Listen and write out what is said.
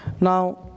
Now